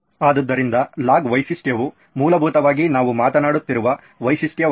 ಆದ್ದರಿಂದ ಲಾಗ್ ವೈಶಿಷ್ಟ್ಯವು ಮೂಲಭೂತವಾಗಿ ನಾವು ಮಾತನಾಡುತ್ತಿರುವ ವೈಶಿಷ್ಟ್ಯವಾಗಿದೆ